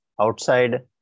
outside